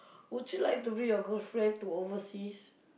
would you like to bring your girlfriend to overseas